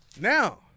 Now